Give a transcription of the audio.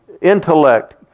intellect